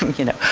you know,